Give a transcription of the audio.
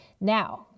Now